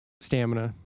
Stamina